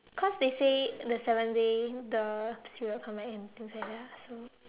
cause they say the seventh day the spirit will come back and things like that so